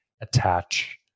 attach